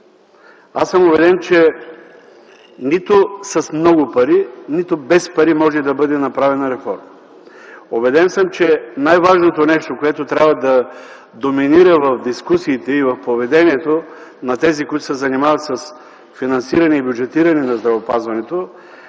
Аз съм убеден, че нито с много пари, нито без пари може да бъде направена реформа. Убеден съм, че най-важното нещо, което трябва да доминира в дискусиите и в поведението на тези, които се занимават с финансиране и бюджетиране на здравеопазването,